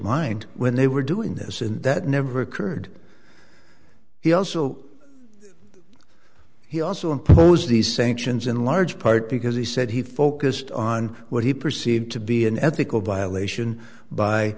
mind when they were doing this in that never occurred he also he also impose these sanctions in large part because he said he focused on what he perceived to be an ethical violation by